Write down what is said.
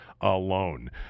Alone